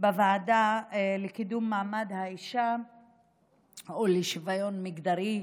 בוועדה לקידום מעמד האישה ולשוויון מגדרי.